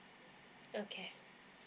okay